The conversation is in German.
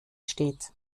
steht